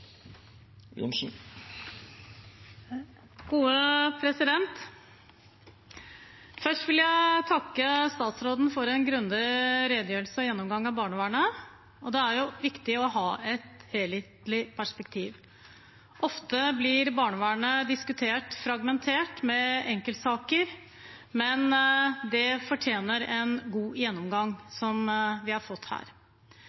Først vil jeg takke statsråden for en grundig redegjørelse og gjennomgang av barnevernet. Det er viktig å ha et helhetlig perspektiv. Ofte blir barnevernet diskutert fragmentert, med enkeltsaker, men det fortjener en god gjennomgang,